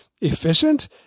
efficient